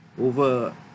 over